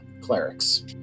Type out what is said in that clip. clerics